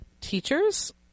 teachers